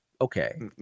okay